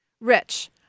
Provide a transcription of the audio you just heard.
Rich